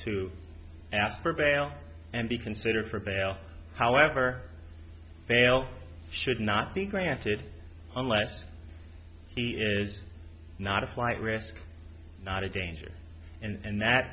to ask for bail and be considered for bail however fail should not be granted unless he is not a flight risk not a danger and